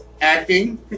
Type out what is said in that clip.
Acting